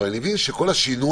אבל אני מבין שכל השינוע,